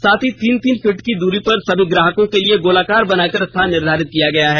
साथ ही तीन तीन फीट की दूरी पर सभी ग्राहकों के लिए गोलाकार बनाकर स्थान निर्धारित किया गया है